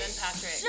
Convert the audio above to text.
Patrick